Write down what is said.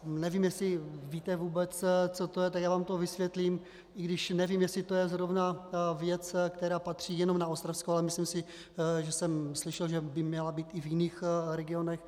Nevím, jestli víte vůbec, co to je, tak já vám to vysvětlím, i když nevím, jestli to je zrovna věc, která patří jenom na Ostravsko, myslím si, že jsem slyšel, že by měla být i v jiných regionech.